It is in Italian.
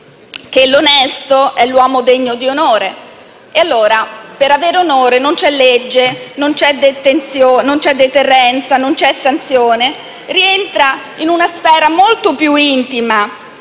che l'onesto è l'uomo degno di onore. Per avere onore non c'è legge, non c'è deterrenza, non c'è sanzione perché l'onore rientra in una sfera molto più intima